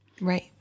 Right